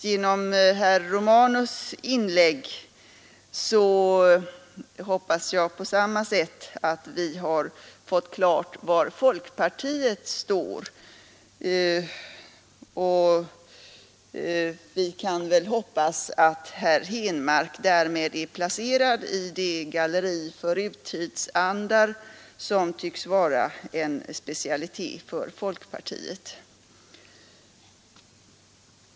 Genom herr Romanus” inlägg hoppas jag på samma sätt att vi har fått klarhet i var folkpartiet står. Vi kan väl hoppas att herr Henmark därmed är placerad i det galleri för urtidsandar som tycks vara en specialitet för folkpartiet.